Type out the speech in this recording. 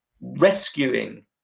rescuing